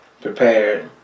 prepared